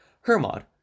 Hermod